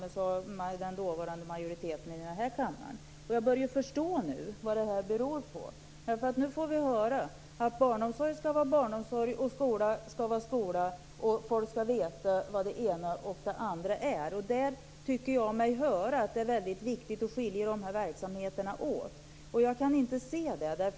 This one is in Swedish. Detsamma tyckte den dåvarande majoriteten i denna kammare. Jag börjar nu förstå vad det berodde på, därför att nu får vi höra att barnomsorg skall vara barnomsorg och skola skall vara skola. Folk skall veta vad det ena och det andra är. Jag tycker mig höra att det är väldigt viktigt att skilja dessa verksamheter åt. Men jag kan inte se det så.